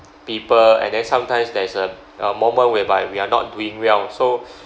people and then sometimes there is a uh moment whereby we are not doing well so